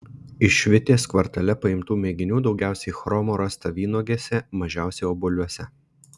iš vitės kvartale paimtų mėginių daugiausiai chromo rasta vynuogėse mažiausiai obuoliuose